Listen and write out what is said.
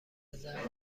زرد